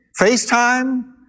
FaceTime